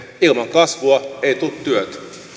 ilman kasvua ei tule työtä